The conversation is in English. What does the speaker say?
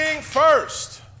first